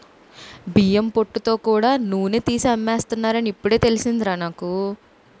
బియ్యం పొట్టుతో కూడా నూనె తీసి అమ్మేస్తున్నారని ఇప్పుడే తెలిసిందిరా నాకు